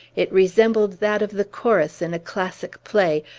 it resembled that of the chorus in a classic play,